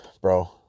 bro